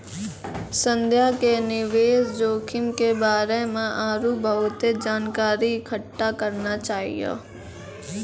संध्या के निवेश जोखिम के बारे मे आरु बहुते जानकारी इकट्ठा करना चाहियो